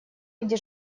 где